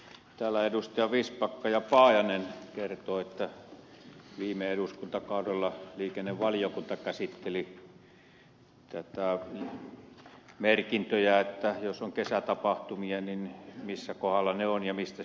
täällä edustajat vistbacka ja paajanen kertoivat että viime eduskuntakaudella liikennevaliokunta käsitteli näitä merkintöjä että jos on kesätapahtumia missä kohdassa ne ovat ja mistä sinne pääsee